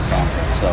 Conference